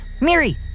Mary